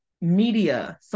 media